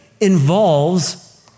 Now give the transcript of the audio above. involves